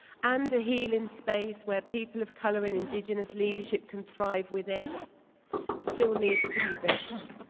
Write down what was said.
and a healing space where people of color and indigenous leadership can thrive within still needs to be built.